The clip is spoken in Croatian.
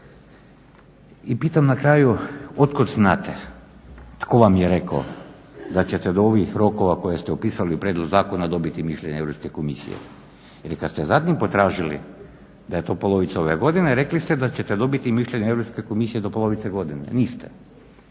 I pitam na kraju otkud znate tko vam je rekao da ćete do ovih rokova koje ste upisali u prijedlog zakona dobiti mišljenje Europske komisije. Ili kad ste zadnji put tražili da je to polovica ove godine rekli ste da ćete dobiti mišljenje europske komisije do polovice godine. Niste.